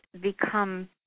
become